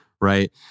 right